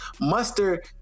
muster